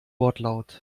wortlaut